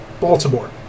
Baltimore